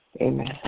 Amen